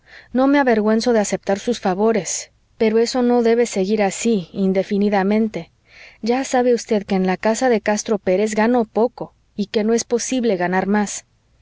no me avergüenzo de aceptar sus favores pero eso no debe seguir así indefinidamente ya sabe usted que en la casa de castro pérez gano poco y que no es posible ganar más